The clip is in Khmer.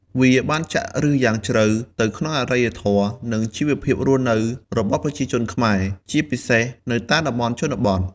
វាបានចាក់ឫសយ៉ាងជ្រៅទៅក្នុងអរិយធម៌ និងជីវភាពរស់នៅរបស់ប្រជាជនខ្មែរ ជាពិសេសនៅតាមតំបន់ជនបទ។